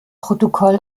protokoll